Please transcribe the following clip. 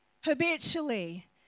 habitually